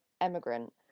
emigrant